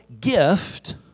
gift